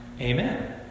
Amen